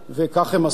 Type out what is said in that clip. וכך הם עשו,